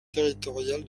territorial